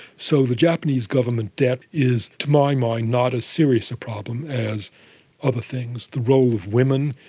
so the japanese government debt is, to my mind, not as serious a problem as other things. the role of women,